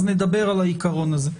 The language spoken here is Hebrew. אז נדבר על העיקרון הזה.